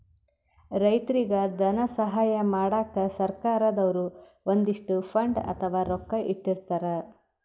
ರೈತರಿಗ್ ಧನ ಸಹಾಯ ಮಾಡಕ್ಕ್ ಸರ್ಕಾರ್ ದವ್ರು ಒಂದಿಷ್ಟ್ ಫಂಡ್ ಅಥವಾ ರೊಕ್ಕಾ ಇಟ್ಟಿರ್ತರ್